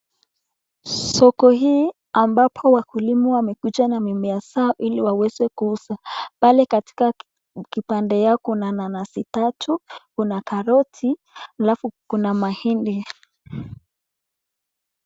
Soko hii ambapo wakulima wame kuja na mimea zao ili waweze kuuza. Pale katika kibanda yao kuna mananasi tatu na karoti alafu kuna mahindi.